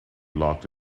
locked